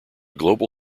global